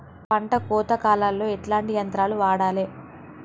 పంట కోత కాలాల్లో ఎట్లాంటి యంత్రాలు వాడాలే?